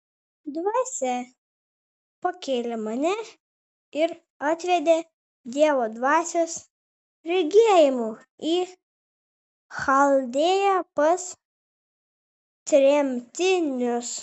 dvasia pakėlė mane ir atvedė dievo dvasios regėjimu į chaldėją pas tremtinius